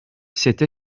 cette